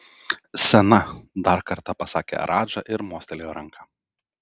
sena dar kartą pasakė radža ir mostelėjo ranka